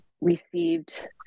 received